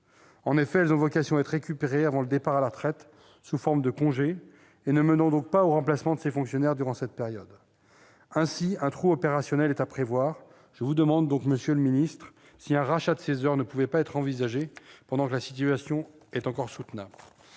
En effet, elles ont vocation à être récupérées avant le départ à la retraite sous forme de congés et ne mènent donc pas au remplacement de ces fonctionnaires durant cette période. Ainsi, un trou opérationnel est à prévoir. Je vous demande donc, monsieur le secrétaire d'État, si un rachat de ces heures ne pourrait pas être envisagé pendant que la situation est encore soutenable.